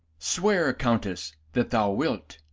swear, countess, that thou wilt.